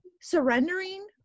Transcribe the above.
surrendering